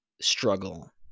struggle